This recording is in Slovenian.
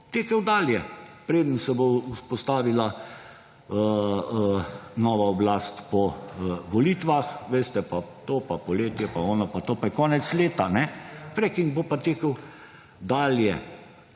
tekel dalje, preden se bo vzpostavila nova oblast po volitvah, veste, pa to, pa poletje, pa ono, pa to, pa je konec leta, freking bo pa tekel dalje.